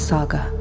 Saga